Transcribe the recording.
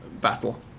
battle